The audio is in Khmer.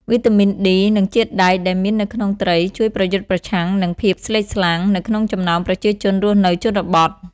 វីតាមីន D និងជាតិដែកដែលមាននៅក្នុងត្រីជួយប្រយុទ្ធប្រឆាំងនឹង ភាពស្លេកស្លាំង នៅក្នុងចំណោមប្រជាជនរស់នៅជនបទ។